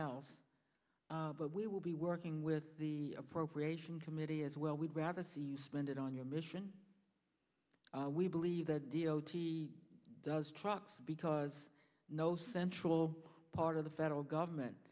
else but we will be working with the appropriation committee as well we'd rather see you spend it on your mission we believe that d o t does trucks because no central part of the federal government